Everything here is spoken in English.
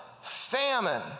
famine